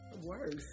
Worse